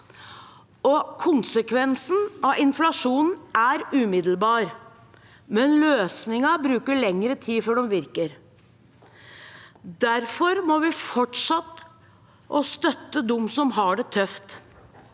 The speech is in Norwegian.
Konsekvensene av inflasjonen er umiddelbare, men løsningene bruker lengre tid før de virker. Derfor må vi fortsette å støtte dem som har det tøft.